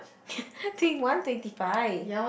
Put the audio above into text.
think one twenty five